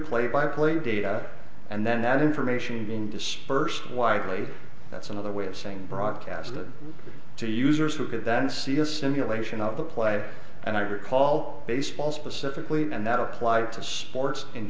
play by play data and then that information being dispersed widely that's another way of saying broadcast it to users who could then see a simulation of the play and i recall baseball specifically and that applied to sports in